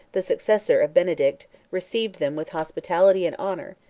the successor of benedict, received them with hospitality and honor,